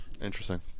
Interesting